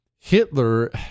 Hitler